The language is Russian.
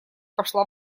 пошла